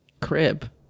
Crib